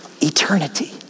Eternity